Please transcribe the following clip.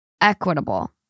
equitable